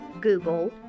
Google